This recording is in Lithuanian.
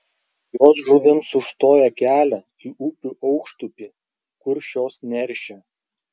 jos žuvims užstoja kelia į upių aukštupį kur šios neršia